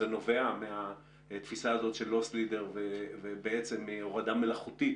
זה נובע מהתפיסה הזאת של לוסט לידר ובעצם הורדה מלאכותית